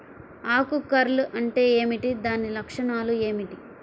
ఆకు కర్ల్ అంటే ఏమిటి? దాని లక్షణాలు ఏమిటి?